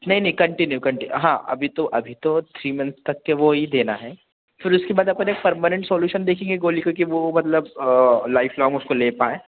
नहीं नहीं continue continue हाँ अभी तो अभी तो थ्री मंथ तक के वो ही देना है फिर उसके बाद अपन एक परमानेंट सॉल्यूशन देखेंगे गोली का कि वो मतलब लाइफलॉन्ग उसको ले पाएँ